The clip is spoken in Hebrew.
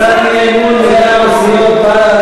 הצעת אי-אמון מטעם סיעות בל"ד,